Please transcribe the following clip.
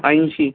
ऐंशी